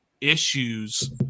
issues